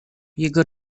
jego